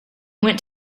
went